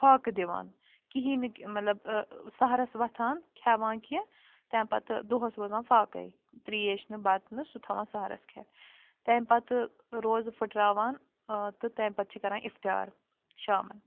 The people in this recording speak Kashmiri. فاقہٕ دِوان کِہیٖنٛۍ ملب سہرس وۄتھان کھیٚوان کیٚنٛہہ تَمہِ پتہٕ دۄہس روزان فاقٕے تریش نہٕ بتہٕ نہٕ سُہ تھاوان سہرس کھیٚتھ تمہِ پتہٕ روزٕ پھٕٹراوان تہٕ تمہِ پتہٕ چھِ کَران افطِیار شامن